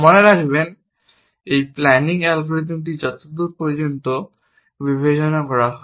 মনে রাখবেন এই প্ল্যানিং অ্যালগরিদমটি যতদূর পর্যন্ত বিবেচনা করা হয়